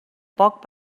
poc